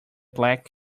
black